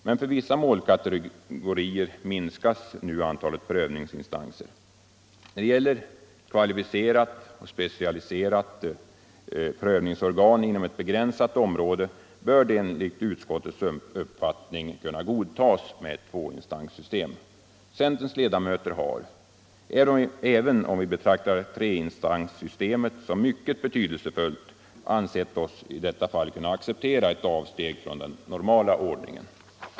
Men för vissa målkategorier minskar nu antalet prövningsinstanser. När det gäller ett kvalificerat, specialiserat prövningsorgan inom ett begränsat område bör enligt utskottets uppfattning tvåinstanssystemet kunna godtas. Vi centerledamöter har — även om vi betraktar treinstanssystemet som mycket betydelsefullt — ansett oss i detta fall kunna acceptera ett avsteg från den normala ordningen.